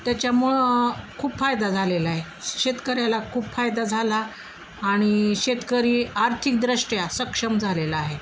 त्याच्यामुळं खूप फायदा झालेला आहे शेतकऱ्याला खूप फायदा झाला आणि शेतकरी आर्थिक दृष्ट्या सक्षम झालेला आहे